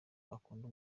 akunda